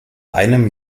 einem